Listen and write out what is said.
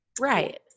Right